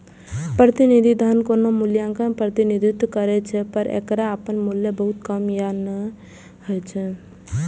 प्रतिनिधि धन कोनो मूल्यक प्रतिनिधित्व करै छै, पर एकर अपन मूल्य बहुत कम या नै होइ छै